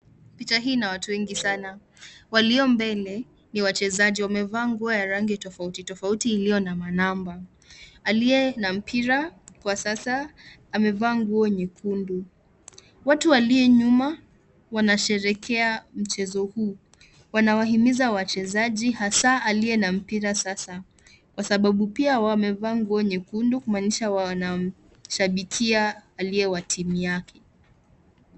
Picha hii ina watu wengi sana. Walio mbele ni wachezaji wamevaa nguo ya rangi tofauti tofauti iliyo na manamba. Aliye na mpira kwa sasa amevaa nguo nyekundu watu walio nyuma wansherehekea mchezo huu wanawahimiza wachezaji hasaa aliye na mpira sasa kwa sababu pia wamevaa nguo nyekundu kumaanisha wanashabikia aliye wa timu yake.